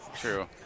true